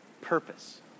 purpose